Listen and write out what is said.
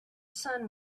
sun